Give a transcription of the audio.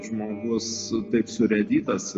žmogus taip surėdytas